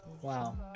Wow